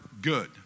good